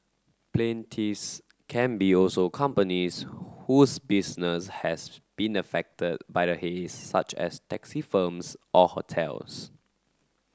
plaintiffs can be also companies whose business has been affected by the haze such as taxi firms or hotels